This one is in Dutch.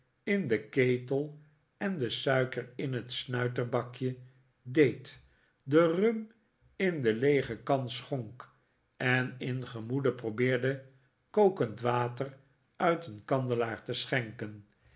in den ketel en de striker in het snuiterbakje deed de rum in de leege kan schbnk en in gemoede probeerde kokend water uit een kandelaar te schenken